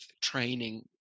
training